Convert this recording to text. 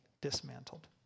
dismantled